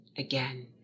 Again